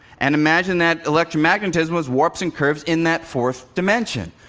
and imagined that electromagnetism was warps and curves in that fourth dimension.